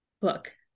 book